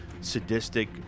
sadistic